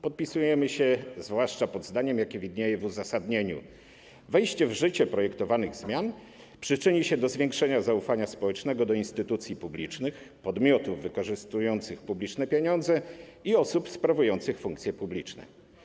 Podpisujemy się zwłaszcza pod zdaniem, jakie widnieje w uzasadnieniu: Wejście w życie projektowanych zmian przyczyni się do zwiększenia zaufania społecznego do instytucji publicznych, podmiotów wykorzystujących publiczne pieniądze i osób sprawujących funkcje publiczne.